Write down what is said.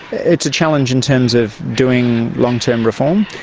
it's a challenge in terms of doing long-term reform,